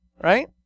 right